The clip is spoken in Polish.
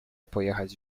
pojechać